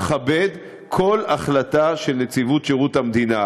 אכבד כל החלטה של נציבות שירות המדינה,